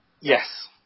Yes